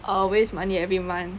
err waste money every month